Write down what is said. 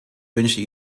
wünsche